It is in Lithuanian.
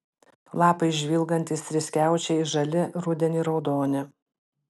lapai žvilgantys triskiaučiai žali rudenį raudoni